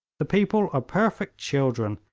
the people are perfect children,